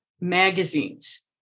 magazines